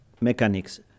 mechanics